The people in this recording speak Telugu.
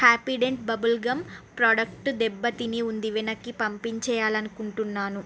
హ్యాపీడెంట్ బబుల్ గమ్ ప్రాడక్ట్ దెబ్బ తిని ఉంది వెనక్కి పంపించేయాలనుకుంటున్నాను